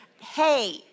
hey